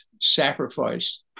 sacrifice